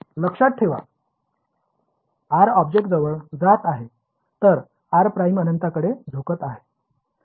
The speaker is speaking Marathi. लक्षात ठेवा r ऑब्जेक्टवर जात आहे तर r' अनंताकडे झुकत आहे